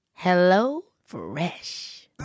HelloFresh